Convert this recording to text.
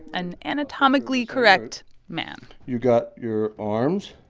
an anatomically-correct man you got your arms.